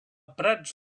prats